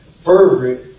fervent